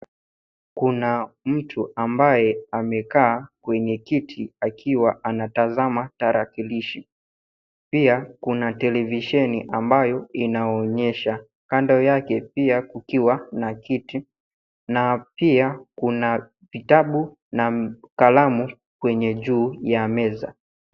Kuna mtu ambaye amekaa kwenye kiti akiwa anatazama tarakilishi. Pia kuna televisheni ambayo inaonyehsa. Kando yake pia kukiwa na kiti na pia kuna vitabu na kalamu kwenye juu ya meza.